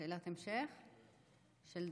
שאלת המשך של דקה,